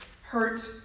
hurt